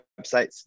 websites